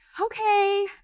okay